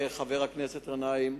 חבר הכנסת גנאים,